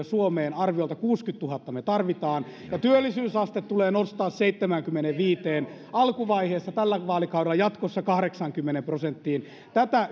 suomeen arviolta kuusikymmentätuhatta me tarvitsemme ja työllisyysaste tulee nostaa seitsemäänkymmeneenviiteen alkuvaiheessa tällä vaalikaudella jatkossa kahdeksaankymmeneen prosenttiin tätä